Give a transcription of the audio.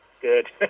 Good